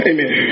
Amen